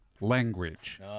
language